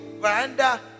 veranda